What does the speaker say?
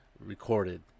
recorded